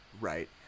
right